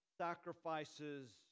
sacrifices